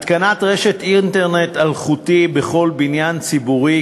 התקנת אינטרנט אלחוטי בכל בניין ציבורי,